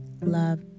love